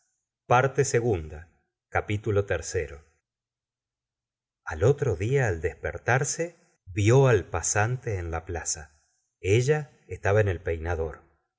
al otro día al despertarse vió al pasante en la plaza ella estaba en peinador